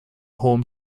home